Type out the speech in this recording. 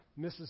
Mrs